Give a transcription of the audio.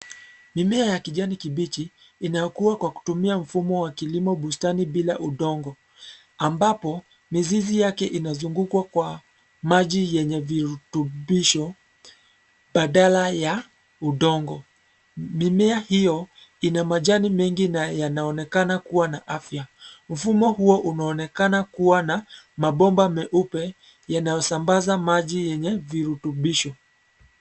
Mimea ya kijani kibichi, inayokuwa kwa kutumia mfumo wa kilimo bustani bila udongo, ambapo, mizizi yake inazungukwa kwa, maji yenye virutubisho, badala ya, udongo, mimea hio, ina majani mengi na yanaonekana kuwa na afya, mfumo huo unaonekana kuwa na, mabomba meupe, yanayosambaza maji yenye virutubisho.